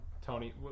Tony